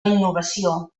innovació